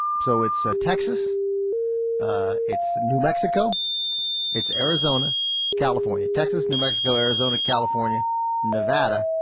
so it's ah texas ah it's new mexico it's arizona california texas new mexico arizona california novak but